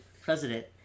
president